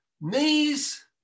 knees